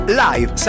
live